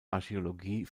archäologie